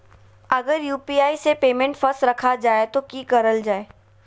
अगर यू.पी.आई से पेमेंट फस रखा जाए तो की करल जाए?